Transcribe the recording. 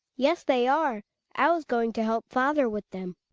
yes, they are i was going to help father with them.